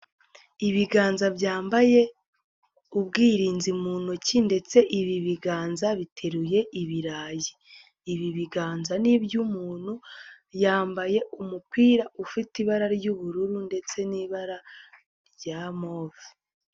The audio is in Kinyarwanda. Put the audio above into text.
Ibiganza byambaye ubwirinzi mu ntoki ndetse ibi biganza biteruye ibirayi, ibi biganza n'iby'umuntu yambaye umupira ufite ibara ry'ubururu ndetse n'ibara rya move.